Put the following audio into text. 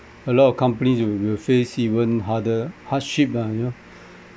a lot of companies will will face even harder hardship lah you know